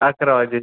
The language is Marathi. अकरा वाजेची